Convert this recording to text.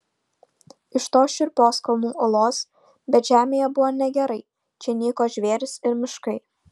iš tos šiurpios kalnų uolos bet žemėje buvo negerai čia nyko žvėrys ir miškai